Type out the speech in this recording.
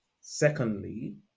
Secondly